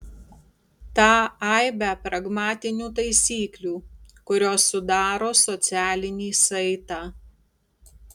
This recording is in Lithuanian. tą aibę pragmatinių taisyklių kurios sudaro socialinį saitą